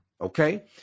okay